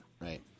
Right